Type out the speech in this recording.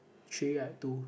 three right two